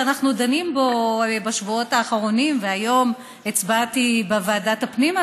שאנחנו דנים בו בשבועות האחרונים והיום הצבעתי על זה בוועדת הפנים,